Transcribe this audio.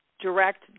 direct